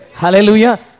Hallelujah